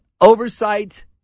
oversight